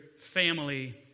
family